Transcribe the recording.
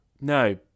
No